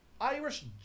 Irish